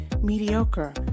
mediocre